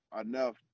enough